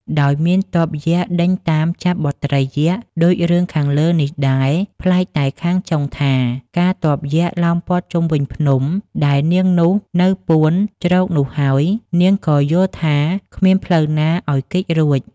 ដោយមានទ័ពយក្ខដេញតាមចាប់បុត្រីយក្ខ ដូចរឿងខាងលើនេះដែរ ប្លែកតែខាងចុងថា កាលទ័ពយក្ខ ឡោមព័ទ្ធជុំវិញភ្នំ ដែលនាងនេះនៅពួនជ្រកនោះហើយ នាងក៏យល់ថាគ្មានផ្លូវណាឲ្យគេចរួច។